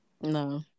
no